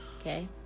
okay